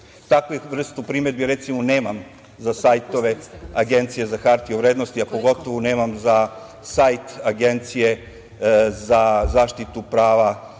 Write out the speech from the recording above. vrstu primedbi, recimo, nemam za sajtove Agencije za hartije od vrednosti, a pogotovo nemam za sajt Agencije za zaštitu prava